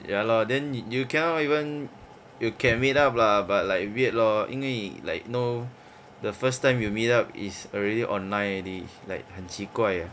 ya lor then you cannot even you can meet up lah but like weird lor 因为 like know the first time you meet up is already online already like 很奇怪 ah